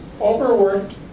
overworked